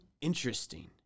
Interesting